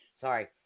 Sorry